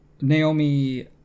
Naomi